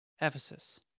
Ephesus